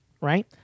right